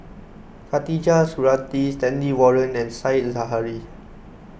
Khatijah Surattee Stanley Warren and Said Zahari